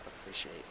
appreciate